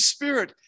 Spirit